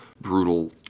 brutal